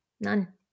None